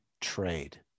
trade